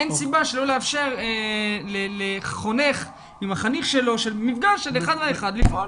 אין סיבה שלא לאפשר לחונך עם החניך שלו מפגש של אחד על אחד ולפעול.